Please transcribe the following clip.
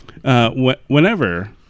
Whenever